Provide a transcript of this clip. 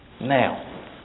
Now